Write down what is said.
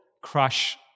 crush